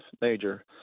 major